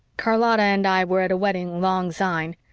charlotta and i were at a wedding long syne.